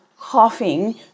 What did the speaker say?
coughing